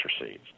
receipts